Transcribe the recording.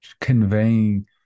conveying